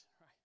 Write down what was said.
Right